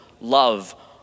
love